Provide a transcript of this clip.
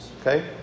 okay